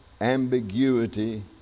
ambiguity